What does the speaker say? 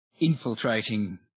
infiltrating